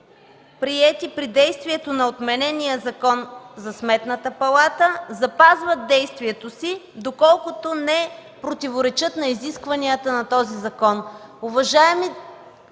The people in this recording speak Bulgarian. приети при действието на отменения Закон за Сметната палата, запазват действието си, доколкото не противоречат на изискванията на този закон.